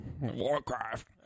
Warcraft